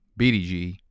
BDG